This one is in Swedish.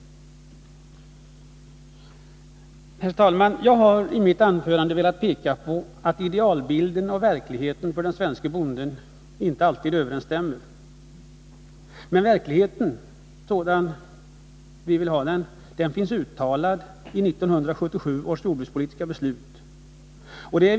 Herr talman! Jag har i mitt anförande velat peka på att idealbilden och verkligheten för den svenske bonden inte alltid överensstämmer. Men verkligheten, som vi vill ha den, finns uttalad i 1977 års jordbrukspolitiska beslut.